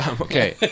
Okay